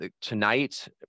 tonight